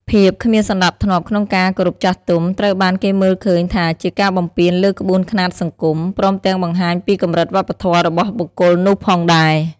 ភាពគ្មានសណ្តាប់ធ្នាប់ក្នុងការគោរពចាស់ទុំ ត្រូវបានគេមើលឃើញថាជាការបំពានលើក្បួនខ្នាតសង្គម ព្រមទាំងបង្ហាញពីកំរិតវប្បធម៌របស់បុគ្គលនោះផងដែរ។